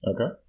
Okay